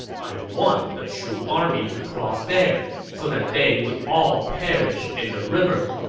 i want the shu army to cross there, so that they would all perish in the river.